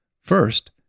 First